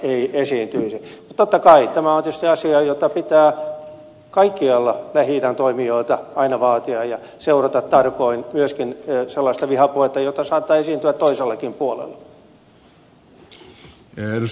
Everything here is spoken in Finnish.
totta kai tämä on tietysti asia jota pitää kaikkialla lähi idän toimijoilta aina vaatia ja seurata tarkoin myöskin sellaista vihapuhetta jota saattaa esiintyä toisellakin puolella